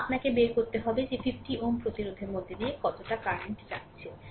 এবং আপনাকে বের করতে হবে যে 50 Ω প্রতিরোধের মধ্য দিয়ে কত কারেন্ট যাচ্ছে